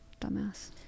Dumbass